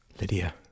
Lydia